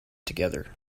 together